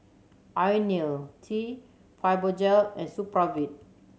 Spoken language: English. Ionil T Fibogel and Supravit